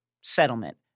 settlement